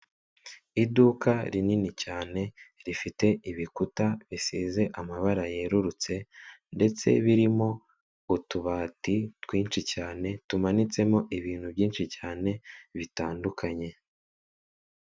Iduka rinini cyane rifite ibikuta bisize amabara yerurutse ndetse birimo utubati twinshi cyane tumanitsemo ibintu byinshi cyane bitandukanye.